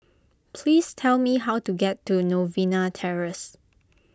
please tell me how to get to Novena Terrace